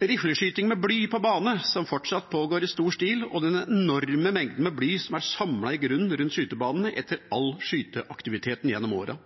rifleskyting med bly på bane, som fortsatt pågår i stor stil, og den enorme mengden med bly som er samlet i grunnen rundt skytebanene etter all skyteaktiviteten gjennom årene.